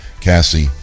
Cassie